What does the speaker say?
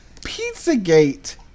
Pizzagate